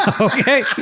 Okay